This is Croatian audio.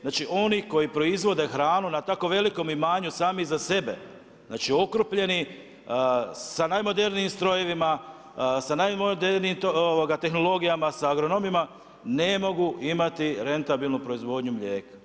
Znači oni koji proizvode hranu na tako veliko imanju sami za sebe, znači okrupnjeni, sa najmodernijim strojevima, sa najmodernijim tehnologijama, sa agronomima, ne mogu imati rentabilnu proizvodnju mlijeka.